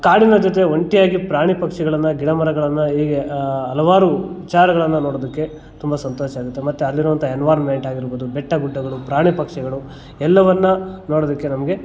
ಕಾಡಿನ ಜೊತೆ ಒಂಟಿಯಾಗಿ ಪ್ರಾಣಿಪಕ್ಷಿಗಳನ್ನು ಗಿಡಮರಗಳನ್ನು ಹೀಗೆ ಹಲವಾರು ವಿಚಾರಗಳನ್ನು ನೋಡೋದಕ್ಕೆ ತುಂಬ ಸಂತೋಷ ಆಗುತ್ತೆ ಮತ್ತೆ ಅಲ್ಲಿರುವಂಥ ಎನ್ವೈರ್ಮೆಂಟಾಗಿರ್ಬೋದು ಬೆಟ್ಟಗುಡ್ಡಗಳು ಪ್ರಾಣಿಪಕ್ಷಿಗಳು ಎಲ್ಲವನ್ನು ನೋಡೋದಕ್ಕೆ ನಮಗೆ